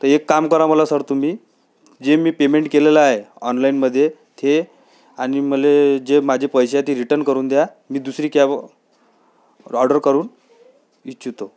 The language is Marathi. तर एक काम करा मला सर तुम्ही जे मी पेमेंट केलेलं आहे ऑनलाईनमध्ये ते आणि मला जे माझे पैसे आहेत ते रिटर्न करून द्या मी दुसरी कॅब ऑर्डर करू इच्छितो